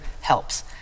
helps